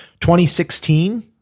2016